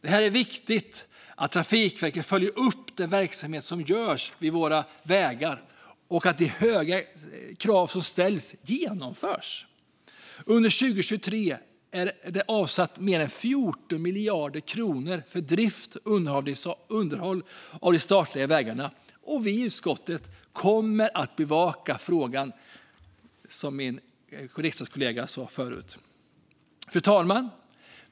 Det är viktigt att Trafikverket följer upp verksamheten kring våra vägar och att man lever upp till de höga krav som ställs. Under 2023 är det avsatt mer än 14 miljarder kronor för drift och underhåll av de statliga vägarna, och vi i utskottet kommer att bevaka frågan, precis som min riksdagskollega sa förut. Fru talman!